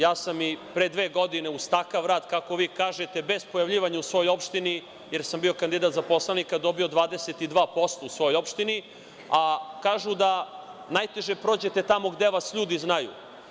Ja sam i pre dve godine uz takav rad, kako vi kažete, bez pojavljivanja u svojoj opštini, jer sam bio kandidat za poslanika, dobio 22% u svojoj opštini, a kažu da najteže prođete tamo gde vas ljudi znaju.